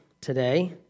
today